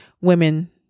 women